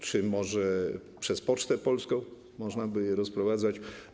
Czy może przez Pocztę Polską można by je rozprowadzać?